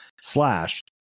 slash